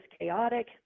chaotic